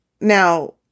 Now